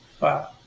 Wow